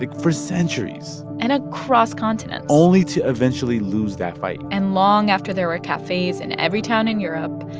like for centuries. and across continents only to eventually lose that fight and long after there were cafes in every town in europe,